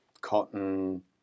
cotton